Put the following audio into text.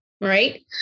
right